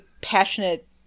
passionate